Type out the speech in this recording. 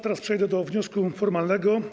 Teraz przejdę do wniosku formalnego.